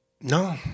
No